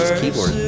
keyboard